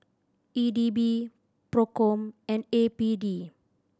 E D B Procom and A P D